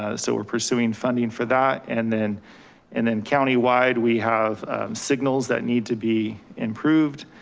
ah so we're pursuing funding for that. and then and then countywide, we have signals that need to be improved.